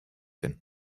hin